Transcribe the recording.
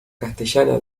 castellana